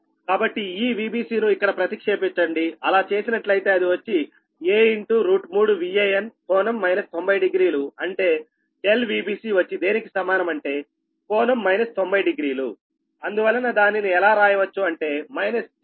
కాబట్టి ఈ Vbc ను ఇక్కడ ప్రతిక్షేపించండిఅలా చేసినట్లయితే అది వచ్చి a3 Van∟ 900అంటే ∆Vbc వచ్చి దేనికి సమానం అంటే ∟ 900 అందువలన దానిని ఎలా రాయవచ్చు అంటే j a 3 Van